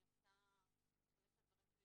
אני רוצה לחלק את הדברים שלי